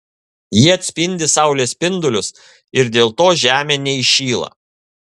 jie atspindi saulės spindulius ir dėl to žemė neįšyla